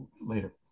later